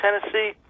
Tennessee